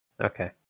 Okay